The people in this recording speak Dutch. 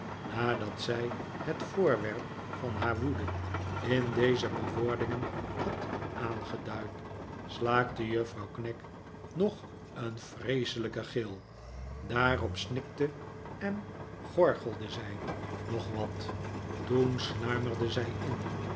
nadat zij het voorwerp van haar woede in deze bewoordingen had aangeduid slaakte juffrouw knag nog een vreeselijken gil daarop snikte en gorgelde zij nog wat toen sluimerde zij in